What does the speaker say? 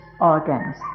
organs